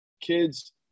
kids